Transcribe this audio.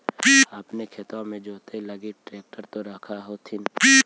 अपने खेतबा मे जोते लगी ट्रेक्टर तो रख होथिन?